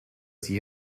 sie